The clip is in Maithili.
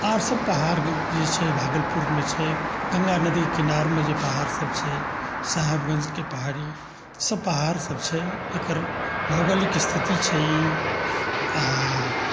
आर सभ पहाड़ जे छै भागलपुरमे छै गङ्गा नदीके किनारमे जे पहाड़ सभ छै साहेबगंजके पहाड़ी सभ पहाड़ सभ छै एकर भुगौलिक स्थिति छै ई आ